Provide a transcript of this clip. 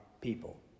people